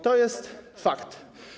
To jest fakt.